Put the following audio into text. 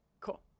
cool